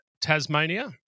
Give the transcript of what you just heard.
Tasmania